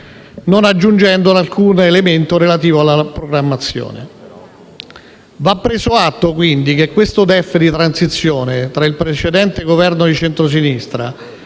non aggiungendo alcun elemento relativo alla programmazione. Va preso atto, quindi, che questo DEF di transizione tra il precedente Governo di centrosinistra